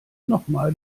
nochmal